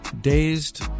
dazed